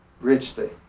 Richly